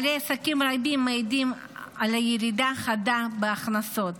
בעלי עסקים רבים מעידים על ירידה חדה בהכנסות